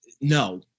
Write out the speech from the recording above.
no